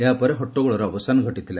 ଏହା ପରେ ହଟ୍ଟଗୋଳର ଅବସାନ ଘଟିଥିଲା